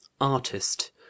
artist